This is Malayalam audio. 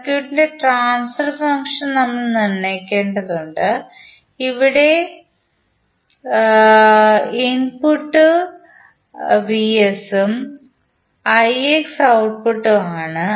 സർക്യൂട്ടിന്റെ ട്രാൻസ്ഫർ ഫംഗ്ഷൻ നമ്മൾ നിർണ്ണയിക്കേണ്ടതുണ്ട് ഇവിടെ vs ഇൻപുട്ടും ix ഔട്ട്പുട്ട്ട്ടും ആണ്